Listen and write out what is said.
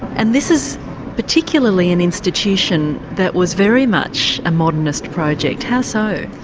and this is particularly an institution that was very much a modernist project how so?